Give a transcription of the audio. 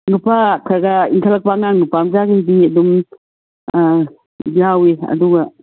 ꯅꯨꯄꯥ ꯈꯔ ꯈꯔ ꯏꯟꯈꯠꯂꯛꯄ ꯑꯉꯥꯡ ꯅꯨꯄꯥ ꯃꯆꯥꯒꯩꯗꯤ ꯑꯗꯨꯝ ꯑꯥ ꯌꯥꯎꯏ ꯑꯗꯨꯒ